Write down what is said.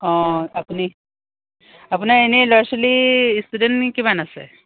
অঁ আপুনি আপোনাৰ এনেই ল'ৰা ছোৱালী ষ্টুডেণ্ট কিমান আছে